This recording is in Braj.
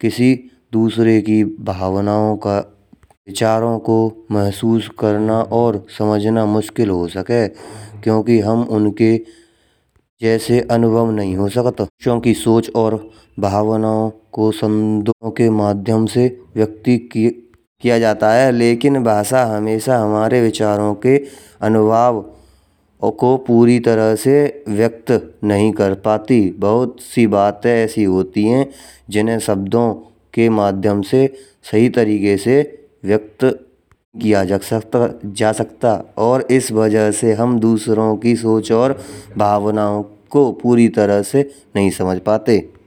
किसी दूसरे की भावनाओं का विचारों को महसूस करना और समझना मुश्किल हो सकता है, क्योंकि हम उनके जैसे अनुभव नहीं हो सकते। क्योंकि सोच और भावनाओं को संतों के माध्यम से व्यक्त किया जाता है, लेकिन भाषा हमेशा हमारे विचारों के अनुभव को पूरी तरह से व्यक्त नहीं कर पाती। बहुत सी बातें हैं ऐसी होती हैं जिनहें शब्दों के माध्यम से सही तरीके से व्यक्त किया जा सकता, और इस वजह से हम दूसरों की सोच और भावनाओं को पूरी तरह से नहीं समझ पाते।